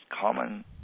Common